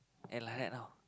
and like that now